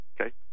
okay